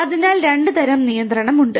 അതിനാൽ രണ്ട് തരം നിയന്ത്രണം ഉണ്ട്